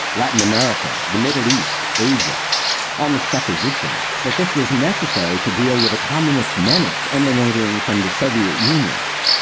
latin america, the middle east, asia on the supposition that this was necessary to deal with a communist menace emanating from the soviet union.